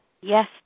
Yes